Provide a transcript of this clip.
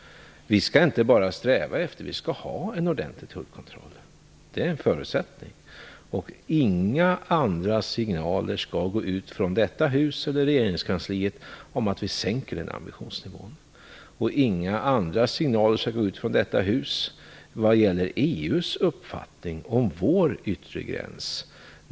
Vi skall inte bara sträva efter, utan vi skall ha en ordentlig tullkontroll. Det är en förutsättning. Inga andra signaler skall gå ut från detta hus eller regeringskansliet som går ut på att vi sänker ambitionsnivån. Inga andra signaler skall gå ut från detta hus vad gäller EU:s uppfattning om vår yttre gräns.